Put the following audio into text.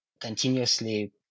continuously